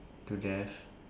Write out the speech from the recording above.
to death